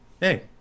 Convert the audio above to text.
Hey